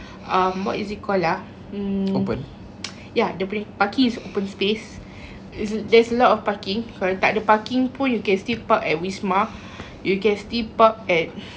um what is called ya mm ya dia punya parking is open space it's there's lot of parking kalau tak ada parking pun you can still park at wisma you can still park at